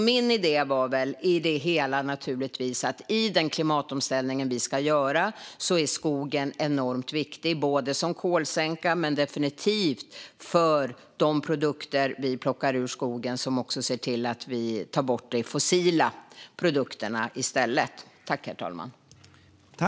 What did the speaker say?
Min idé i det hela var att i den klimatomställning vi ska göra är skogen enormt viktig både som kolsänka och, definitivt, för de produkter som vi plockar ur skogen som även ser till att vi i stället tar bort de fossila produkterna.